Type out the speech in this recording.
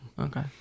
Okay